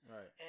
Right